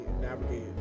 navigate